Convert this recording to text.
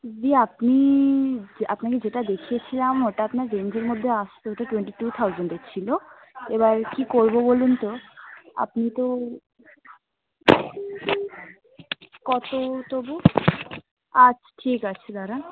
দিদি আপনি আপনাকে যেটা দেখিয়েছিলাম ওটা আপনার রেঞ্জের মধ্যে আসতো ওটা টোয়েন্টি টু থাউজেন্ডের ছিলো এবার কী করবো বলুন তো আপনি তো কত তবু আচ্ছা ঠিক আছে দাঁড়ান